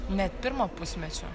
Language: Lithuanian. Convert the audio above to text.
net pirmo pusmečio